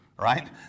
right